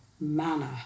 manner